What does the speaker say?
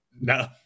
No